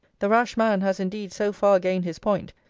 the rash man has indeed so far gained his point,